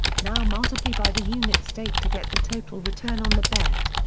now multiply by the unit stake to get the total return on the bet.